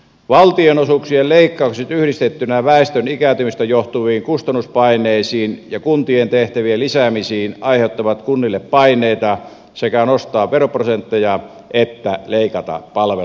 valtionosuuksien leikkaukset yhdistettyinä väestön ikääntymisestä johtuviin kustannuspaineisiin ja kuntien tehtävien lisäämisiin aiheuttavat kunnille paineita sekä nostaa veroprosentteja että leikata palveluitaan